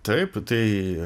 taip tai